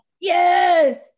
yes